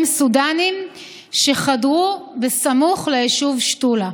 סודנים שחדרו סמוך ליישוב שתולה.